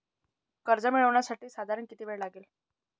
कर्ज मिळविण्यासाठी साधारण किती वेळ लागेल?